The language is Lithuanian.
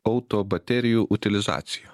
auto baterijų utilizacija